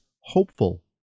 hopeful